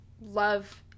love